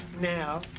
now